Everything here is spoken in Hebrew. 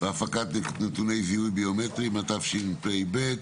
והפקת נתוני זיהוי ביומטריים), התשפ"ב,